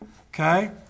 Okay